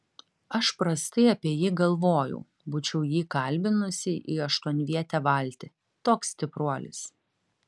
aš prastai apie jį galvojau būčiau jį kalbinusi į aštuonvietę valtį toks stipruolis